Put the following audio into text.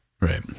right